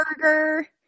burger